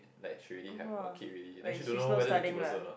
like she already have a kid ready then she don't know whether to keep also or not